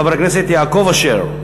חבר הכנסת יעקב אשר.